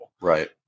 Right